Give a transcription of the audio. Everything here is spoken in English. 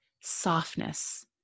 softness